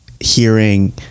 hearing